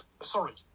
sorry